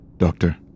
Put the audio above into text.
Doctor